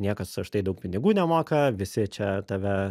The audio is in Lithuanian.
niekas už tai daug pinigų nemoka visi čia tave